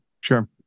Sure